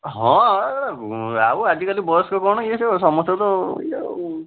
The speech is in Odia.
ହଁ ହଁ ଆଉ ଆଜିକାଲି ବୟସ୍କ କ'ଣ ଏଇ ସମସ୍ତେ ତ ଇଏ ଆଉ